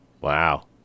Wow